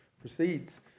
proceeds